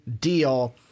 deal